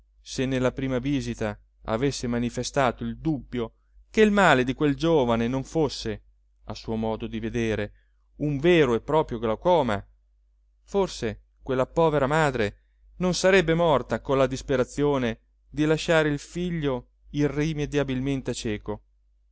se nella prima visita avesse manifestato il dubbio che il male di quel giovane non fosse a suo modo di vedere un vero e proprio glaucoma forse quella povera madre non sarebbe morta con la disperazione di lasciare il figlio irrimediabilmente cieco